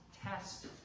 test